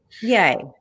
Yay